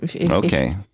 Okay